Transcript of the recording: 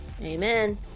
amen